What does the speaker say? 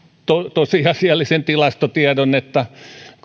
tosiasiallisen tilastotiedon että